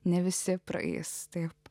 ne visi praeis taip